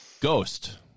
Ghost